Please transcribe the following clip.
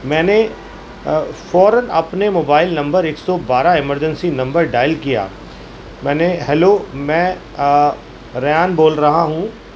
میں نے فوراً اپنے موبائل نمبر ایک سو بارہ ایمرجنسی نمبر ڈائل کیا میں نے ہیلو میں ریحان بول رہا ہوں